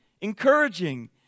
encouraging